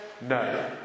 no